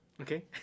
Okay